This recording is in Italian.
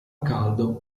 caldo